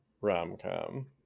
rom-com